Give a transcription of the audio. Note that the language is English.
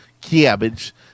Cabbage